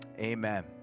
Amen